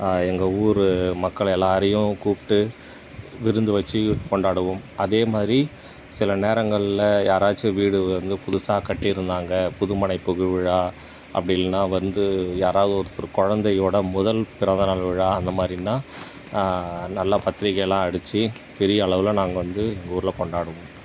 எங்கள் ஊரு மக்கள் எல்லாரையும் கூப்பிட்டு விருந்து வச்சி கொண்டாடுவோம் அதேமாதிரி சில நேரங்களில் யாராச்சும் வீடு வந்து புதுசாக கட்டிருந்தாங்க புதுமனை புகுவிழா அப்படி இல்லைனா வந்து யாராவது ஒருத்தர் கொழந்தையோட முதல் பிறந்தநாள் விழா அந்த மாதிரின்னா நல்லா பத்திரிகைல்லாம் அடித்து பெரிய அளவில் நாங்கள் வந்து எங்க ஊரில் கொண்டாடுவோம்